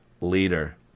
leader